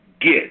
get